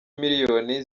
miliyoni